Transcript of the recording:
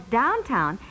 downtown